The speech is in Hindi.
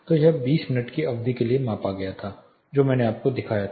तो यह 20 मिनट की अवधि के लिए मापा गया था जो मैंने आपको दिखाया था